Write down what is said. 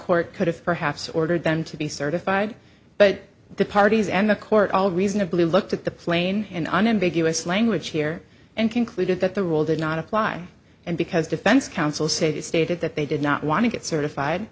court could have perhaps ordered them to be certified but the parties and the court all reasonably looked at the plane in an ambiguous language here and concluded that the rule did not apply and because defense counsel say they stated that they did not want to get certified